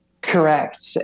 Correct